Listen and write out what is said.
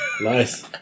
Nice